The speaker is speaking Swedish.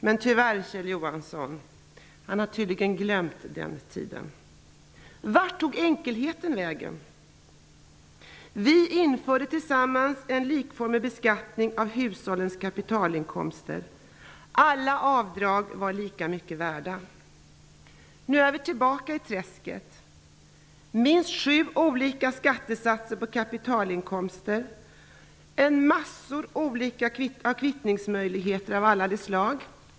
Men tyvärr har Kjell Johansson tydligen glömt den tiden. Vart tog enkelheten vägen? Vi införde tillsammans en likformig beskattning av hushållens kapitalinkomster. Alla avdrag var värda lika mycket. Nu är vi tillbaka i träsket. Det finns minst sju olika skattesatser på kapitalinkomster och massor av olika kvittningsmöjligheter.